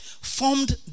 Formed